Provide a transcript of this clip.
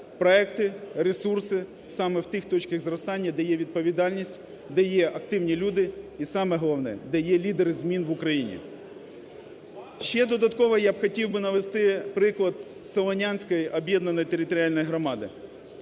проекти, ресурси саме в тих точках зростання, де є відповідальність, де є активні люди, і саме головне – де є лідери змін в Україні. Ще додатково я б хотів би навести приклад Солонянської об'єднаної територіальної громади,